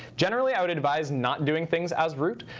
generally i would advise not doing things as root,